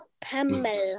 Pamela